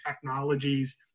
technologies